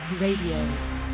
Radio